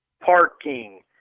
parking